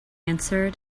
answered